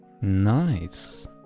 Nice